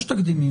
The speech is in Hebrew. יש תקדימים.